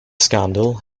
scandal